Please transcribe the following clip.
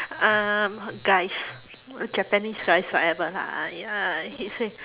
um guys uh japanese guys whatever lah ya he say